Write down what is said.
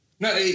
No